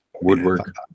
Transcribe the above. Woodwork